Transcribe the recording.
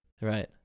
Right